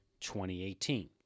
2018